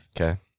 Okay